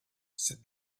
said